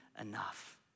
enough